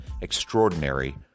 Extraordinary